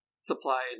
Supply